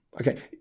okay